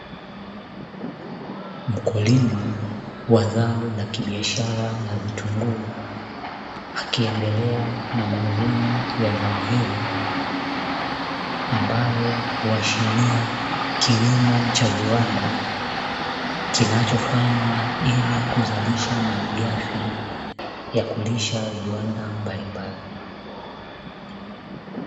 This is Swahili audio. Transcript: Mkulima wa zao la kibiashara na vitunguu, akiendelea na mavuno ya zao hilo, ambalo huashiria kilimo cha viwanda, kichachofanywa ili kuzalisha malighafi ya kulisha viwanda mbalimbali.